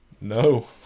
No